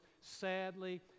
Sadly